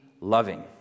loving